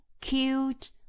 cute